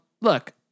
Look